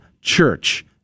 church